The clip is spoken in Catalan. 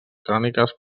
cròniques